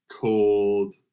cold